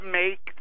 make